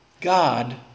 God